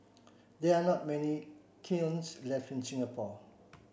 there are not many kilns left in Singapore